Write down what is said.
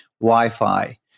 wi-fi